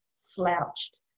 slouched